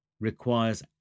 requires